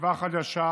תקווה חדשה